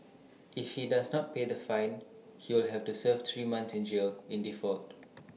if he does not pay the fine he will have to serve three months in jail in default